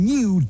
New